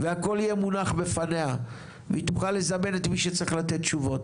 והכל יהיה מונח בפניה והיא תוכל לזמן את מי שצריך לתת תשובות.